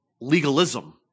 legalism